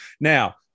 Now